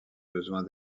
besoin